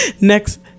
Next